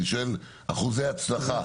אני שואל על אחוזי הצלחה.